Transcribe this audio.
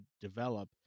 develop